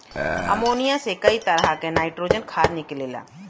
ammonia से कई तरह क नाइट्रोजन खाद निकलेला